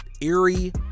eerie